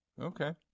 Okay